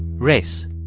race